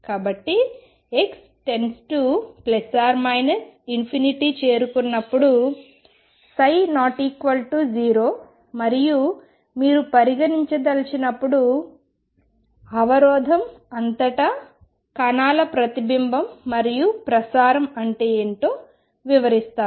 కాబట్టి x→±∞ చేరుకున్నప్పుడు ψ≠0 మరియు మీరు పరిగణించదలిచినది అవరోధం అంతటా కణాల ప్రతిబింబం మరియు ప్రసారం అంటే ఏమిటో వివరిస్తాను